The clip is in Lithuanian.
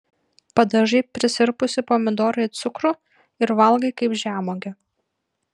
padažai prisirpusį pomidorą į cukrų ir valgai kaip žemuogę